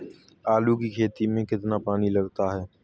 आलू की खेती में कितना पानी लगाते हैं?